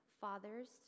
Fathers